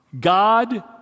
God